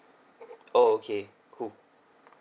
oh okay cool